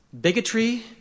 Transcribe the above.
bigotry